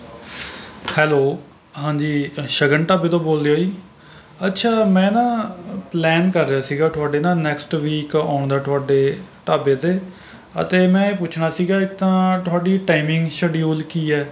hello ਹਾਂਜੀ ਸ਼ਗਨ ਢਾਬੇ ਤੋਂ ਬੋਲਦੇ ਹੋ ਜੀ ਅੱਛਾ ਮੈਂ ਨਾ ਪਲੈਨ ਕਰ ਰਿਹਾ ਸੀਗਾ ਤੁਹਾਡੇ ਨਾ ਨੈਕਸਟ ਵੀਕ ਆਉਣ ਦਾ ਤੁਹਾਡੇ ਢਾਬੇ 'ਤੇ ਅਤੇ ਮੈਂ ਇਹ ਪੁੱਛਣਾ ਸੀਗਾ ਇੱਕ ਤਾਂ ਤੁਹਾਡੀ ਟਾਈਮਿੰਗ ਸ਼ਡਿਊਲ ਕੀ ਹੈ